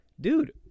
dude